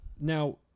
now